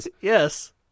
Yes